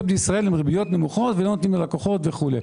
בישראל הם נמוכות ולא נותנים ללקוחות וכו'